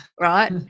right